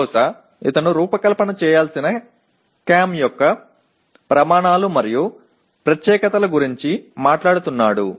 బహుశా అతను రూపకల్పన చేయాల్సిన CAM యొక్క ప్రమాణాలు మరియు ప్రత్యేకతల గురించి మాట్లాడుతున్నాడు